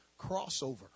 crossover